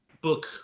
book